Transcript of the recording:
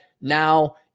now